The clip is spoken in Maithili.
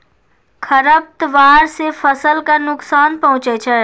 खरपतवार से फसल क नुकसान पहुँचै छै